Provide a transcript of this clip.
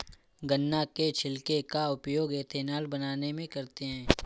गन्ना के छिलके का उपयोग एथेनॉल बनाने में करते हैं